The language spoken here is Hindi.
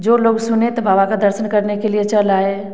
जो लोग सुने तो बाबा का दर्शन करने के लिए चल आए